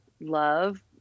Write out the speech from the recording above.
love